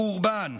חורבן,